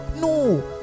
No